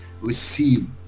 receive